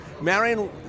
Marion